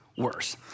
Worse